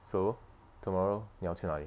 so tomorrow 你要去哪里